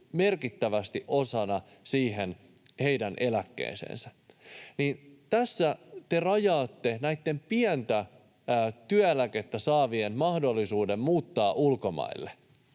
merkittävästi osana siihen heidän eläkkeeseensä. Tässä te rajaatte näitten pientä työeläkettä saavien mahdollisuuden muuttaa ulkomaille.